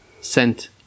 sent